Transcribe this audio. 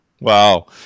Wow